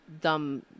dumb